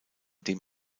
dem